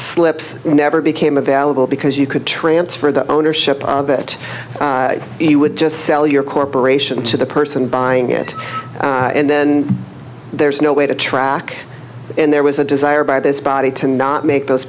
slips never became available because you could transfer the ownership that he would just sell your corporation to the person buying it and then there's no way to track and there was a desire by this body to not make those